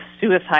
suicide